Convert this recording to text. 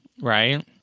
Right